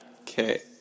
Okay